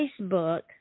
Facebook